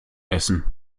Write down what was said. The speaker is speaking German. essen